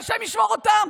שהשם ישמור אותם,